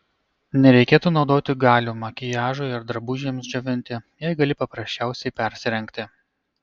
nereikėtų naudoti galių makiažui ar drabužiams džiovinti jei gali paprasčiausiai persirengti